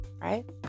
right